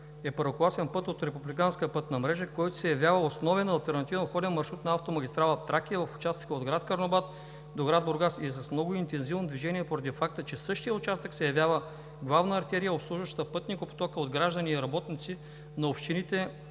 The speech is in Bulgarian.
първокласен път от републиканската пътна мрежа, който се явява основен алтернативен обходен маршрут на автомагистрала „Тракия“ в участъка от град Карнобат до град Бургас и е с много интензивно движение поради факта, че същият участък се явява главна артерия, обслужваща пътникопотока от граждани и работници на общините